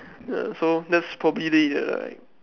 ya so that's probably the like